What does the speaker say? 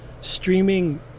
streaming